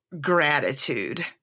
gratitude